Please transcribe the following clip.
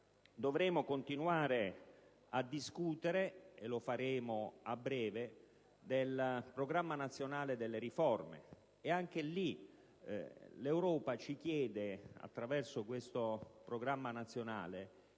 Dovremo continuare a discutere - e lo faremo a breve - del Programma nazionale delle riforme; anche in questo caso, l'Europa ci chiede, attraverso questo Programma nazionale,